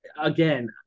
Again